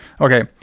Okay